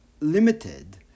limited